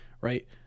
right